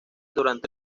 durante